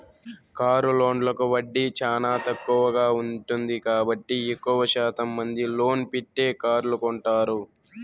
car లోన్లకు వడ్డీ చానా తక్కువగా ఉంటుంది కాబట్టి ఎక్కువ శాతం మంది లోన్ పెట్టే కార్లు కొంటారు